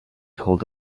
hold